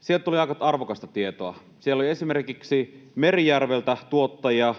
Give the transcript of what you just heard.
Sieltä tuli aika arvokasta tietoa: Siellä oli esimerkiksi Merijärveltä tuottajia.